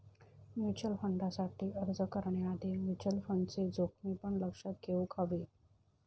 mutual फंडसाठी अर्ज करण्याआधी म्युचल फंडचे जोखमी पण लक्षात घेउक हवे